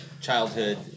childhood